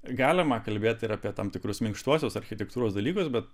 galima kalbėti ir apie tam tikrus minkštuosius architektūros dalykus bet